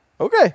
Okay